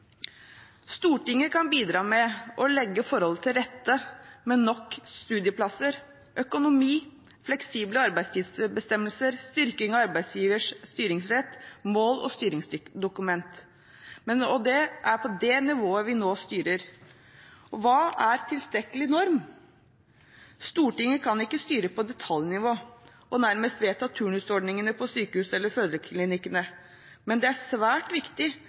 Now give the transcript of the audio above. Stortinget kan bidra med å legge forholdene til rette med nok studieplasser, økonomi, fleksible arbeidstidsbestemmelser, styrking av arbeidsgivers styringsrett, mål og styringsdokument. Det er på det nivået vi nå styrer. Hva er tilstrekkelig norm? Stortinget kan ikke styre på detaljnivå og nærmest vedta turnusordningene på sykehusene eller fødeklinikkene, men det er svært viktig